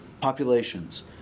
populations